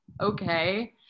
okay